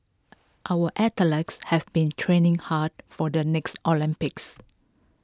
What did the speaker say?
our have been training hard for the next Olympics